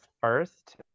first